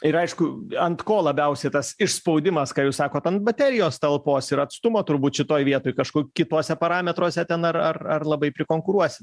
ir aišku ant ko labiausiai tas išspaudimas ką jūs sakot ant baterijos talpos ir atstumo turbūt šitoj vietoj kažkur kituose parametruose ten ar ar ar labai prikonkuruos